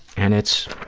and it's